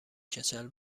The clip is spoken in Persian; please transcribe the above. کچل